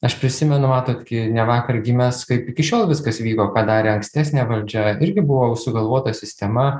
aš prisimenu matot ne vakar gimęs kaip iki šiol viskas vyko ką darė ankstesnė valdžia irgi buvo sugalvota sistema